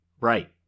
Right